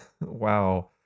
Wow